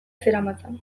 zeramatzan